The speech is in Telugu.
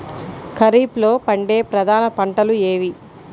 ఖరీఫ్లో పండే ప్రధాన పంటలు ఏవి?